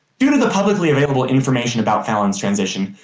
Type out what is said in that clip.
due to the publicly available information about fallon's transition,